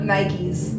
Nikes